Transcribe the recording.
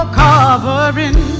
covering